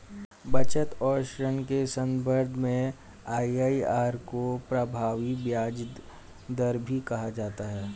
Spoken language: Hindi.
बचत और ऋण के सन्दर्भ में आई.आई.आर को प्रभावी ब्याज दर भी कहा जाता है